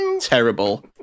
terrible